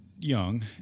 young